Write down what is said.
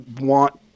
want